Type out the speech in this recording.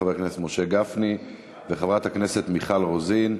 חבר הכנסת משה גפני וחברת הכנסת מיכל רוזין,